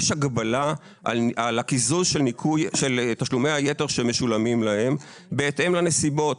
על הקיזוז של תשלומי היתר שמשולמים להם בהתאם לנסיבות.